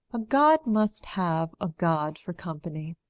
a god must have a god for company.